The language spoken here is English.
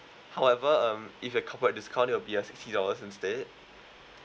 however um if your corporate discount will be a sixty dollars instead